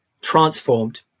transformed